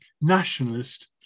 nationalist